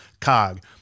cog